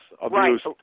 abuse